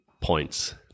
points